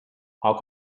how